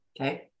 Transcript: okay